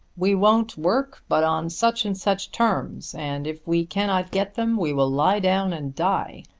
we won't work but on such and such terms, and, if we cannot get them, we will lie down and die.